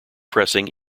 pressing